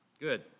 Good